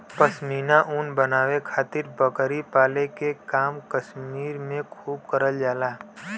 पश्मीना ऊन बनावे खातिर बकरी पाले के काम कश्मीर में खूब करल जाला